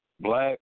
black